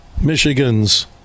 Michigan's